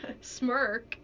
smirk